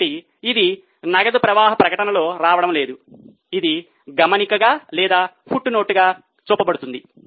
కాబట్టి ఇది నగదు ప్రవాహ ప్రకటనలో రావడం లేదు ఇది గమనికగా లేదా ఫుట్నోట్గా చూపబడుతుంది